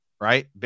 right